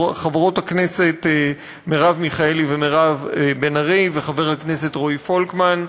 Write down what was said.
חברות הכנסת מרב מיכאלי ומירב בן ארי וחבר הכנסת רועי פולקמן,